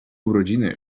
urodziny